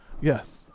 Yes